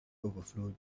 overflowed